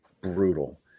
Brutal